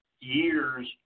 years